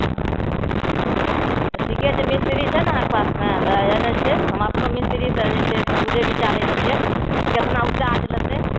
हम तऽ ठिके छै मिस्त्री छै ने अहाँके पासमे तऽ एना छै हम अपनो मिस्त्रीसे जे छै से बुझै विचारै छिए कतना ओ चार्ज लेतै